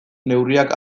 neurriak